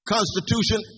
Constitution